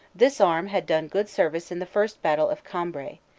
this arm had done good service in the first battle of cambrai,